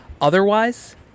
Otherwise